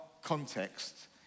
context